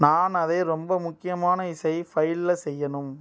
நான் அதை ரொம்ப முக்கியமான இசை ஃபைலில் செய்யணும்